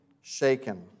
shaken